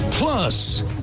Plus